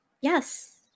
Yes